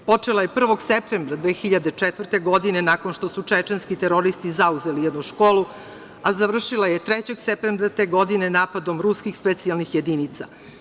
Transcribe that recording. Počela je 1. septembra 2004. godine, nakon što su čečenski teroristi zauzeli jednu školu, a završila je trećeg septembra te godine, napadom ruskih specijalnih jedinica.